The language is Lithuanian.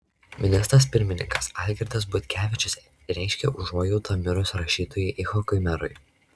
ministras pirmininkas algirdas butkevičius reiškia užuojautą mirus rašytojui icchokui merui